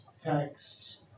texts